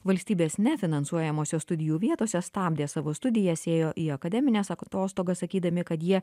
valstybės nefinansuojamose studijų vietose stabdė savo studijas ėjo į akademines atostogas sakydami kad jie